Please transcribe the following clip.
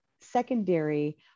secondary